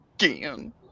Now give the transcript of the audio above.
again